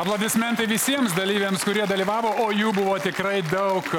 aplodismentai visiems dalyviams kurie dalyvavo o jų buvo tikrai daug